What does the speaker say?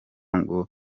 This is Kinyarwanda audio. ngo